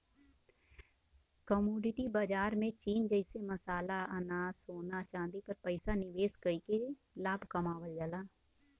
commodity बाजार में चीज जइसे मसाला अनाज सोना चांदी पर पैसा निवेश कइके लाभ कमावल जाला